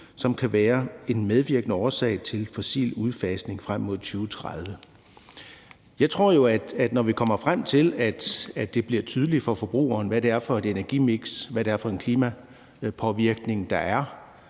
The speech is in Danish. som kan være en medvirkende årsag til fossil udfasning frem mod 2030.« Jeg tror jo, at når vi kommer frem til, at det bliver tydeligt for forbrugerne, hvad det er for et energimiks, og hvad det er for en klimapåvirkning, der er